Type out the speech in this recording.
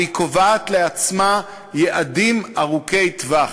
והיא קובעת לעצמה יעדים ארוכי-טווח.